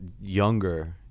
younger